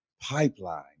Pipeline